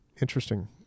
Interesting